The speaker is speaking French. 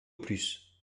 plus